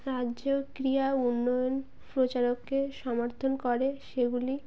রাজ্যে ক্রিড়া উন্নয়ন প্রচারককে সমর্থন করে সেগুলি